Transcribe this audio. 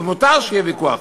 ומותר שיהיה ויכוח,